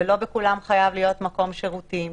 ולא בכולם חייב להיות מקום שירותים,